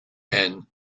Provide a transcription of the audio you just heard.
and